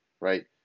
right